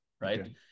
right